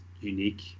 unique